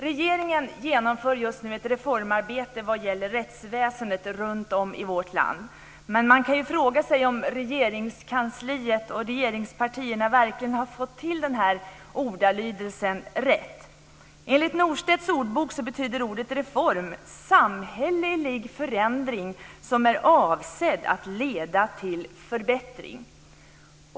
Regeringen genomför just nu ett reformarbete vad gäller rättsväsendet runtom i vårt land. Men man kan fråga sig om Regeringskansliet och regeringspartierna verkligen har fått till ordalydelsen rätt. "samhällelig förändring som är avsedd att leda till förbättring".